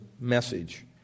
message